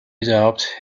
doubt